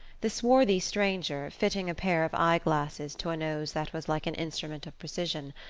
the swarthy stranger, fitting a pair of eye-glasses to a nose that was like an instrument of precision,